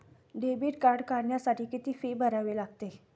Debit card काढण्यासाठी किती fee भरावी लागते?